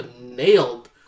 nailed